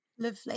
Lovely